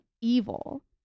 evil